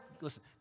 listen